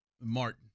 Martin